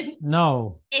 no